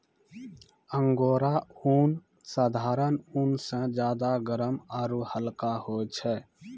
angora ऊन साधारण ऊन स ज्यादा गर्म आरू हल्का होय छै